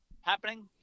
happening